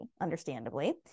understandably